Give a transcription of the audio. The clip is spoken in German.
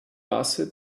maße